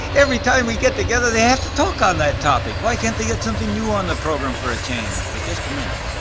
every time we get together they have to talk on that topic why can't they get something new on the program for a change, but just a minute,